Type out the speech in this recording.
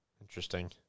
Interesting